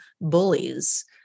bullies